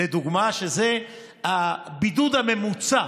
לדוגמה, שזה הבידוד הממוצע,